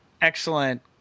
excellent